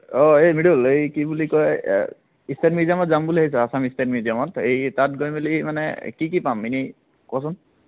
অঁ এই মৃদূল এই কি বুলি কয় ষ্টেট মিউজিয়ামত যাম বুলি ভাবিছোঁ আসাম ষ্টেট মিউজিয়ামত এই তাত গৈ মেলি মানে কি কি পাম এনেই কচোন